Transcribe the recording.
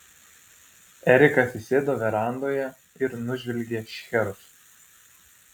erika atsisėdo verandoje ir nužvelgė šcherus